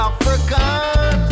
African